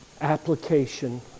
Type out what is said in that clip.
application